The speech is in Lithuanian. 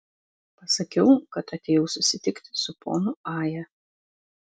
pasakiau kad atėjau susitikti su ponu aja